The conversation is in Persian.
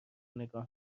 نگاه